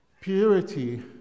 Purity